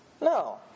No